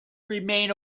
remain